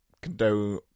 condone